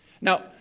Now